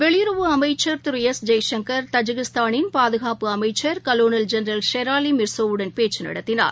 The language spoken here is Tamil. வெளியுறவு அமைச்சர் திரு எஸ் ஜெய்சங்கர் தாஜிகிஸ்தானின் பாதுகாப்பு அமைச்சர் கலோனல் ஜென்ரல் ஷெராவிமிர்சோவுடன் பேச்சுநடத்தினார்